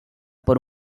por